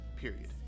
period